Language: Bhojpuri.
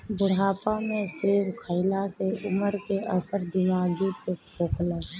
बुढ़ापा में सेब खइला से उमर के असर दिमागी पे कम होखेला